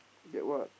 get what